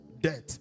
death